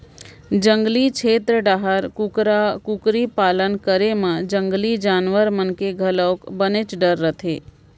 जंगली छेत्र डाहर कुकरा कुकरी पालन करे म जंगली जानवर मन के घलोक बनेच डर रथे